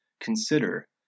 Consider